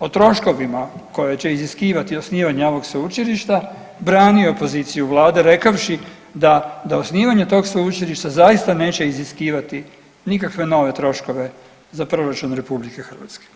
o troškovima koje će iziskivati osnivanje ovog sveučilišta branio poziciju vlade rekavši da, da osnivanje tog sveučilišta zaista neće iziskivati nikakve nove troškove za proračun RH.